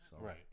Right